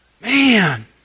Man